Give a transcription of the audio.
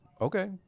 Okay